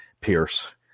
Pierce